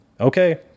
okay